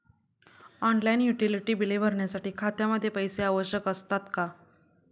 Online utility बिले भरण्यासाठी खात्यामध्ये पैसे आवश्यक असतात का?